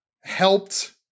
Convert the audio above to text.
helped